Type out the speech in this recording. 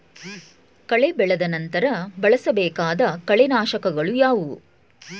ಕಳೆ ಬೆಳೆದ ನಂತರ ಬಳಸಬೇಕಾದ ಕಳೆನಾಶಕಗಳು ಯಾವುವು?